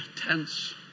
tense